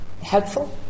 helpful